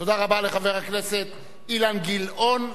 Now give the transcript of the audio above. תודה רבה לחבר הכנסת אילן גילאון,